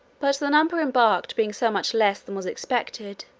but the number embarked being so much less than was expected,